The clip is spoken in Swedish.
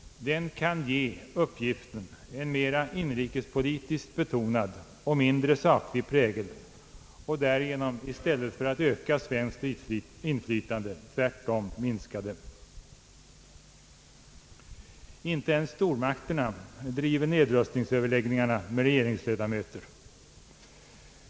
Den kan ge uppgiften en mera inrikespolitiskt betonad och mindre saklig prägel och därigenom i stället för att öka Sveriges inflytande tvärtom minska det. Inte ens stormakterna bedriver nedrustningsöverläggningarna med regeringsledamöter.